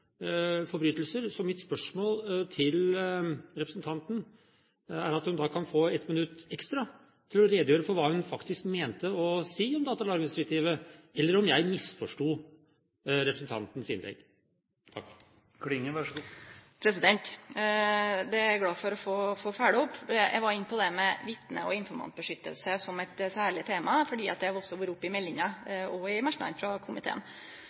forbrytelser. Så min utfordring til representanten er at hun da kan få 1 minutt ekstra til å redegjøre for hva hun faktisk mente å si om datalagringsdirektivet, eller om jeg misforsto representantens innlegg. Det er eg glad for å få følgje opp. Eg var inne på det med vitne- og informantbeskyttelse som eit særleg tema, fordi det også har vore oppe i meldinga og i merknadene frå komiteen.